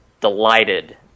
delighted